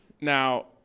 Now